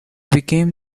became